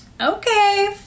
Okay